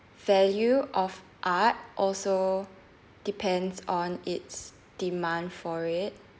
value of art also depends on its demand for it